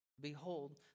Behold